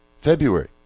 February